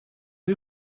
you